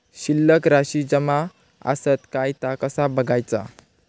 शिल्लक राशी जमा आसत काय ता कसा बगायचा?